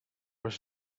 was